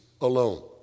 alone